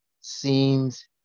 seems